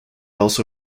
also